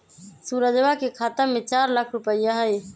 सुरजवा के खाता में चार लाख रुपइया हई